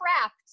trapped